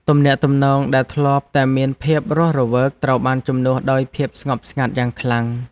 ទំនាក់ទំនងដែលធ្លាប់តែមានភាពរស់រវើកត្រូវបានជំនួសដោយភាពស្ងប់ស្ងាត់យ៉ាងខ្លាំង។